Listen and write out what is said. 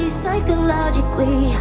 psychologically